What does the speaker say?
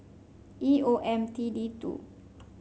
E O M T D two